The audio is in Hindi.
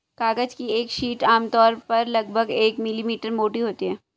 कागज की एक शीट आमतौर पर लगभग एक मिलीमीटर मोटी होती है